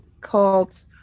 called